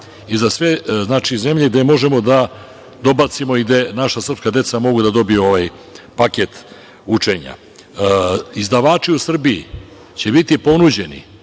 i za sve zemlje gde možemo da dobacimo i gde naša srpska deca mogu da dobiju ovaj paket učenja. Izdavačima u Srbiji će biti ponuđeno